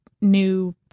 new